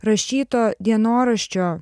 rašyto dienoraščio